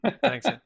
Thanks